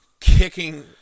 kicking